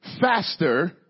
faster